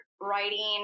writing